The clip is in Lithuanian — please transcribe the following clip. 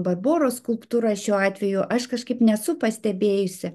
barboros skulptūra šiuo atveju aš kažkaip nesu pastebėjusi